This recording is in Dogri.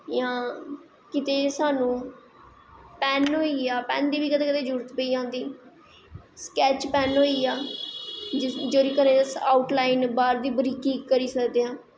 जां किते साह्नू पैन्न होईयै पैन्न दी बी कतैं कतैं जरूरत पेई जंदी स्कैच पैन होईया जेह्दी बज़ह नै अस अऊट लाईन बाह्र दी बरीकी करी सकदे आं